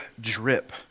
drip